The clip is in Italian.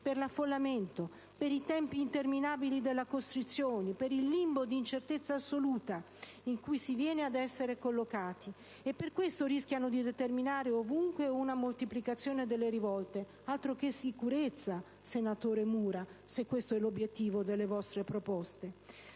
per l'affollamento, per i tempi interminabili della costrizione, per il limbo d'incertezza assoluta in cui si viene ad essere collocati, e per questo rischiano di determinare ovunque una moltiplicazione delle rivolte. Altro che sicurezza, senatore Mura, se questo è l'obiettivo delle vostre proposte!